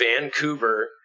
Vancouver